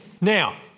Now